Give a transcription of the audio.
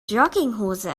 jogginghose